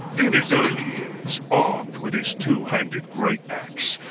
in his early years, armed with his two-handed great axe,